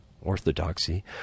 orthodoxy